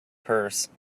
purse